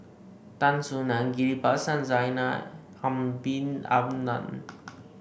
Tan Soo Nan Ghillie Basan Zainal Abidin Ahmad